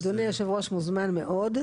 אדוני יושב הראש מוזמן מאוד.